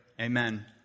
Amen